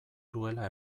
duela